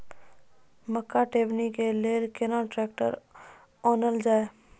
मक्का टेबनी के लेली केना ट्रैक्टर ओनल जाय?